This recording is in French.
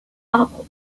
arbre